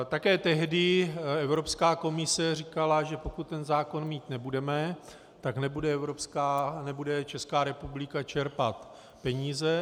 Také tehdy Evropská komise říkala, že pokud ten zákon mít nebudeme, tak nebude Česká republika čerpat peníze.